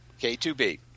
K2B